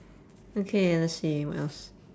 okay let's see what else